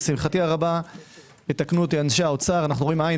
לשמחתי הרבה - יתקנו אותי אנשי האוצר אנו רואים עין